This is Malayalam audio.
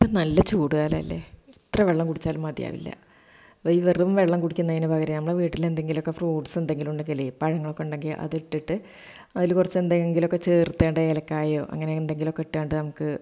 ഇപ്പം നല്ല ചൂടുകാലമല്ലേ എത്ര വെള്ളം കുടിച്ചാലും മതിയാവില്ല ഈ വെറും വെള്ളം കുടിക്കുന്നതിന് പകരം നമ്മളുടെ വീട്ടില് എന്തെങ്കിലൊക്കെ ഫ്രൂട്ട്സ് എന്തെങ്കിലും ഉണ്ടെങ്കിലെ പഴങ്ങളൊക്കെ ഉണ്ടെങ്കിൽ അത് ഇട്ടിട്ട് അതില് കുറച്ച് എന്തെങ്കിലുമൊക്കെ ചേർത്തുകൊണ്ട് ഏലക്കായോ അങ്ങനെ എന്തെങ്കിലും ഒക്കെ ഇട്ട് കൊണ്ട് നമുക്ക്